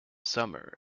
summer